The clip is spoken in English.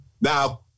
Now